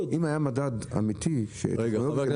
------ אם היה מדד אמיתי --- יש